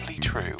True